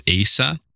ASA